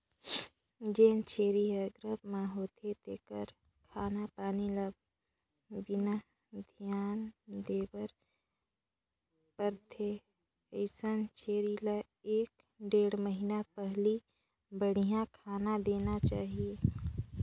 जेन छेरी ह गरभ म होथे तेखर खान पान ल बने धियान देबर परथे, अइसन छेरी ल एक ढ़ेड़ महिना पहिली बड़िहा खाना देना चाही